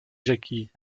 jacky